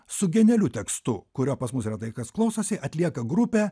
su genialiu tekstu kurio pas mus yra tai kas klausosi atlieka grupė